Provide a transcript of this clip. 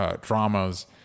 dramas